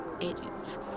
agents